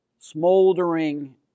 smoldering